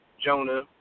Jonah